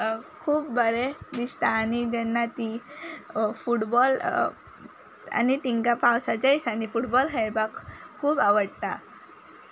खूब बरें दिसता आनी जेन्ना तीं फुडबॉल आनी तांकां पावसाच्या दिसांनी फुडबॉल खेळपाक खूब आवट्टा